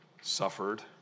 suffered